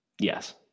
Yes